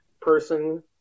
person